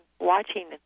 watching